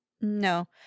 No